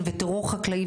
מרעי,